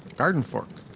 gardenfork.